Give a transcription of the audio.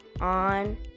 on